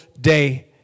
day